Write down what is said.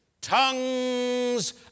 Tongues